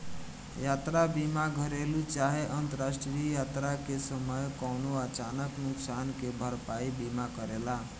यात्रा बीमा घरेलु चाहे अंतरराष्ट्रीय यात्रा के समय कवनो अचानक नुकसान के भरपाई बीमा करेला